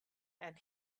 and